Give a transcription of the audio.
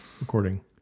recording